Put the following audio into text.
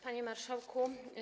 Panie Marszałku!